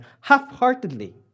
half-heartedly